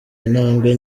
intambwe